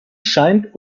scheint